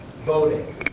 voting